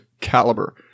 Caliber